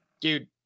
dude